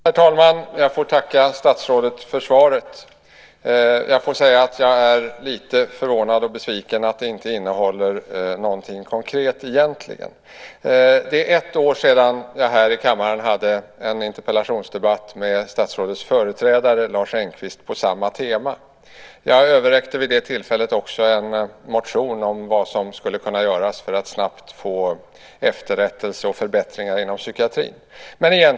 Herr talman! Jag får tacka statsrådet för svaret. Jag är lite förvånad och besviken att det inte innehåller något konkret. Det är ett år sedan jag här i kammaren hade en interpellationsdebatt med statsrådets företrädare Lars Engqvist på samma tema. Jag överräckte vid det tillfället också en motion om vad som skulle kunna göras för att snabbt få efterrättelse och förbättringar inom psykiatrin.